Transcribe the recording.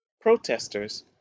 protesters